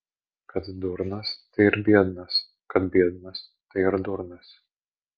kad durnas tai ir biednas kad biednas tai ir durnas